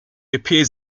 appears